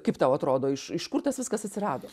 kaip tau atrodo iš iš kur tas viskas atsirado